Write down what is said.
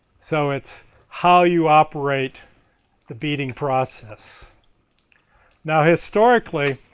so, it's how you operate the beating process now, historically,